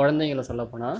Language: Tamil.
குழந்தைகள்ல சொல்லப்போனால்